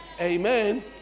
Amen